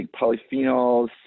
polyphenols